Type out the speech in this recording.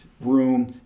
room